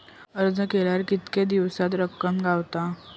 अर्ज केल्यार कीतके दिवसात रक्कम गावता?